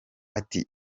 ati